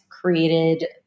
created